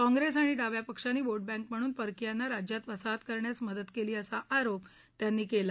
काँप्रेस आणि डाव्या पक्षांनी वोट बँक म्हणून परकीयांना राज्यात वसाहत करण्यास मदत केली असा आरोप त्यांनी केला